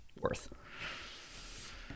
worth